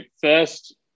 first